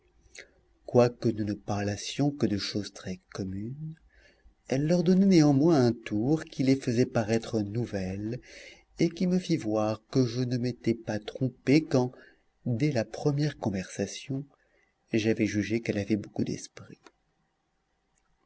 quoique nous ne parlassions que de choses très communes elle leur donnait néanmoins un tour qui les faisait paraître nouvelles et qui me fit voir que je ne m'étais pas trompé quand dès la première conversation j'avais jugé qu'elle avait beaucoup d